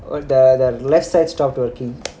oh the the left side stopped working